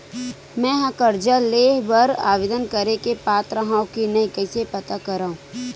मेंहा कर्जा ले बर आवेदन करे के पात्र हव की नहीं कइसे पता करव?